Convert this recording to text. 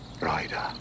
Rider